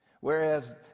whereas